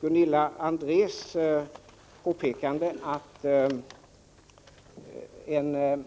Gunilla André tog upp detta att en